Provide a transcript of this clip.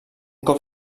cop